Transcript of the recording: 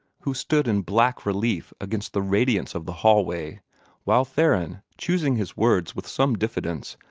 who stood in black relief against the radiance of the hall-way while theron, choosing his words with some diffidence,